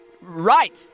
Right